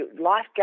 life